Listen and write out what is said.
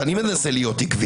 עקביות, אני מנסה להיות עקבי.